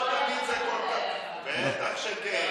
בטח שכן.